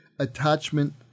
attachment